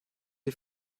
die